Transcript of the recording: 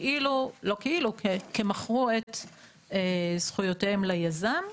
כמכרו את זכויותיהם ליזם,